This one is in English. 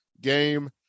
game